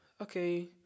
okay